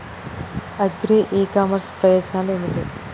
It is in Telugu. అగ్రి ఇ కామర్స్ ప్రయోజనాలు ఏమిటి?